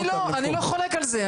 אני לא חולק על זה,